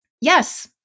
Yes